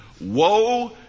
Woe